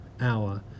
hour